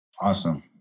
Awesome